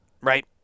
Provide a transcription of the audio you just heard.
right